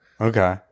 Okay